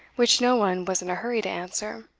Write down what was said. which no one was in a hurry to answer.